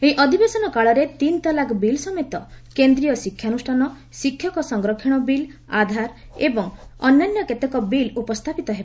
ଏହି ଅଧିବେଶନ କାଳରେ ତିନି ତଲାକ୍ ବିଲ୍ ସମେତ କେନ୍ଦ୍ରୀୟ ଶିକ୍ଷାନୁଷ୍ଠାନ ଶିକ୍ଷକ ସଂରକ୍ଷଣ ବିଲ୍ ଆଧାର ଏବଂ ଅନ୍ୟାନ୍ୟ କେତେକ ବିଲ୍ ଉପସ୍ଥାପିତ ହେବ